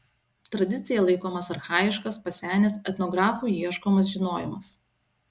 tradicija laikomas archajiškas pasenęs etnografų ieškomas žinojimas